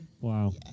Wow